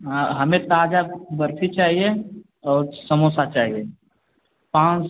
हाँ हमें ताजा बर्फी चाहिए और समोसा चाहिए पाँच